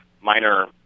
minor